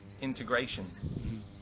integration